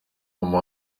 mama